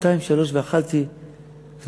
שניים, שלושה, ואכלתי וניצלתי.